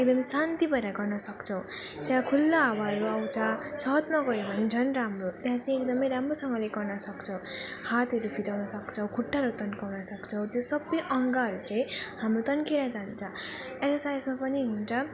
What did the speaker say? एकदम शान्ति भएर गर्न सक्छौँ त्यहाँ खुल्ला हावाहरू आउँछ छतमा गर्यो भने झन् राम्रो त्यहाँ चाहिँ एकदम राम्रोसँगले गर्न सक्छौँ हातहरू फिजाउन सक्छौँ खुट्टाहरू तन्काउन सक्छौँ त्यो सब अङ्गहरू चाहिँ हाम्रो तन्केर जान्छ एक्सर्साइज पनि हुन्छ